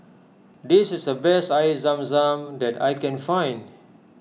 this is the best Air Zam Zam that I can find